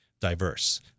diverse